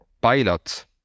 pilot